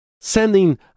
sending